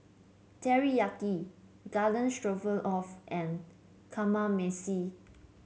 Teriyaki Garden Stroganoff and Kamameshi